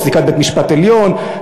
פסיקת בית-המשפט העליון,